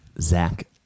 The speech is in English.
Zach